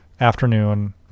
afternoon